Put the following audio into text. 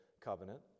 covenant